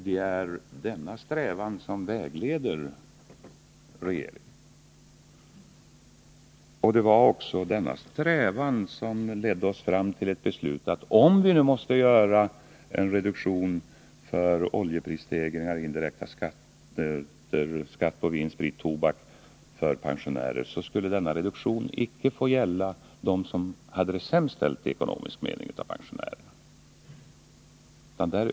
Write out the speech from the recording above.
Det är denna strävan som vägleder regeringen. Det var också denna strävan som ledde oss fram till beslutet, att när ni reducerade indexet för pensionärerna för verkningarna av oljeprisstegringen och indirekta skatter, exempelvis på sprit och tobak, så skulle inte de ekonomiskt sämst ställda pensionärerna drabbas.